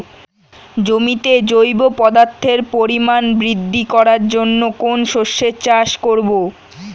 জমিতে জৈব পদার্থের পরিমাণ বৃদ্ধি করার জন্য কোন শস্যের চাষ করবো?